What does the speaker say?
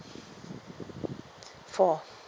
for